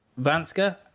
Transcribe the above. Vanska